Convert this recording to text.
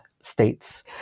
states